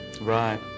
Right